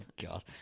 god